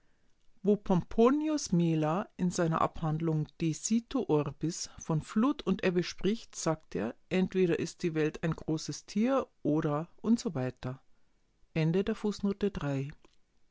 pomponius mela in seiner abhandlung de situ orbis von flut und ebbe spricht sagt er entweder ist die welt ein großes tier oder usw